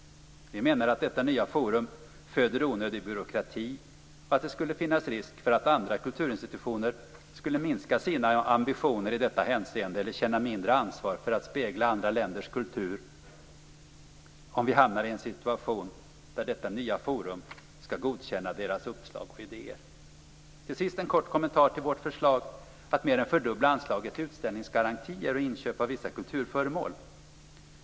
Vi menar att detta nya forum föder onödig byråkrati och att det skulle finnas risk för att andra kulturinstitutioner skulle minska sina ambitioner i detta hänseende, eller känna mindre ansvar för att spegla andra länders kultur, om vi hamnar i en situation där detta nya forum skall godkänna deras uppslag och idéer. Till sist en kort kommentar till vårt förslag att mer än fördubbla anslaget till utställningsgarantier och inköp av vissa kulturföremål.